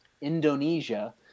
Indonesia